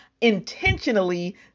intentionally